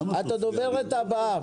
את הדוברת הבאה.